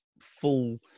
full